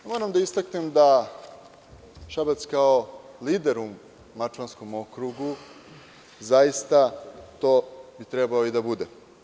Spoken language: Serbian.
Moram da istaknem da Šabac kao lider u Mačvanskom okrugu zaista bi to trebalo i da bude.